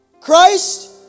Christ